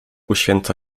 uświęca